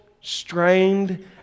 strained